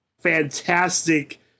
fantastic